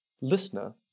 Listener